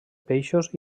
peixos